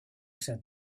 said